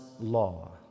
law